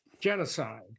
genocide